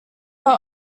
are